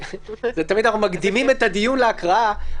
תמיד אנחנו מקדימים את הדיון להקראה,